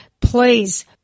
please